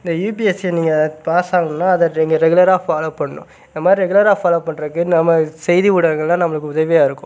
இந்த யுபிஎஸ்சியை நீங்கள் பாஸாவணுனால் அதை ரி நீங்கள் ரெகுலராக ஃபாலோ பண்ணணும் இந்த மாதிரி ரெகுலராக ஃபாலோ பண்றதுக்கு நம்ம செய்தி ஊடகங்கள்லாம் நம்மளுக்கு உதவியாக இருக்கும்